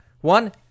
one